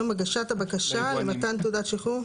מיום הגשת הבקשה למתן תעודת שחרור?